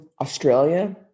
Australia